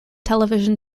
television